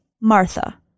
Martha